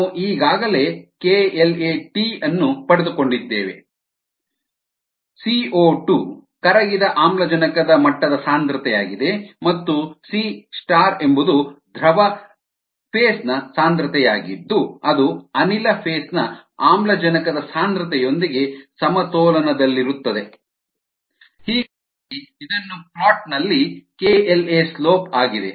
ನಾವು ಈಗಾಗಲೇ ln CC CO2 kLat ಅನ್ನು ಪಡೆದುಕೊಂಡಿದ್ದೇವೆ CO2 ಕರಗಿದ ಆಮ್ಲಜನಕದ ಮಟ್ಟದ ಸಾಂದ್ರತೆಯಾಗಿದೆ ಮತ್ತು C ಎಂಬುದು ದ್ರವ ಫೇಸ್ ನ ಸಾಂದ್ರತೆಯಾಗಿದ್ದು ಅದು ಅನಿಲ ಫೇಸ್ ನ ಆಮ್ಲಜನಕದ ಸಾಂದ್ರತೆಯೊಂದಿಗೆ ಸಮತೋಲನದಲ್ಲಿರುತ್ತದೆ ಹೀಗಾಗಿ ಫ್ಲೋಟ್ ನಲ್ಲಿ ln CC CO2 vs t kLa slope ಆಗಿದೆ